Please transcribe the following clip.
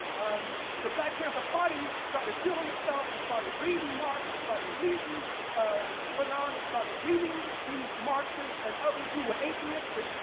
um the black panther party started feeling itself. it started reading marx. it started reading um fanon. it started reading these marxists and others who were atheistic,